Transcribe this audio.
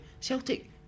Celtic